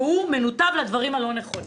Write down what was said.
והוא מנותב לדברים הלא נכונים.